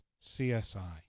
CSI